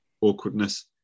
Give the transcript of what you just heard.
awkwardness